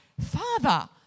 Father